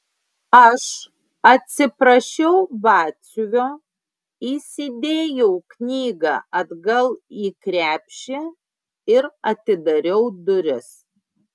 aš atsiprašiau batsiuvio įsidėjau knygą atgal į krepšį ir atidariau duris